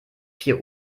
vier